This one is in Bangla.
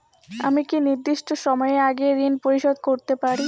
আমি কি নির্দিষ্ট সময়ের আগেই ঋন পরিশোধ করতে পারি?